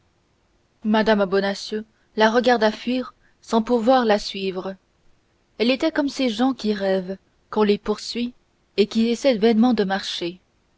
mme bonacieux la regarda fuir sans pouvoir la suivre elle était comme ces gens qui rêvent qu'on les poursuit et qui essayent vainement de marcher